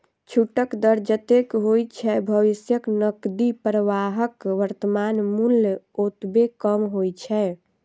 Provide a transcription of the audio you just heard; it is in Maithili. छूटक दर जतेक होइ छै, भविष्यक नकदी प्रवाहक वर्तमान मूल्य ओतबे कम होइ छै